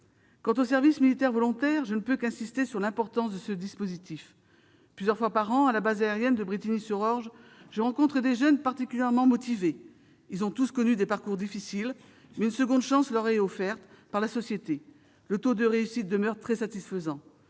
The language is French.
Quant au service militaire volontaire (SMV), je ne peux qu'insister sur son importance : plusieurs fois par an, sur la base aérienne de Brétigny-sur-Orge, je rencontre des jeunes particulièrement motivés. Ils ont tous connu des parcours difficiles, mais une seconde chance leur est offerte par la société. Le taux de réussite demeure très satisfaisant.